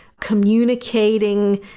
communicating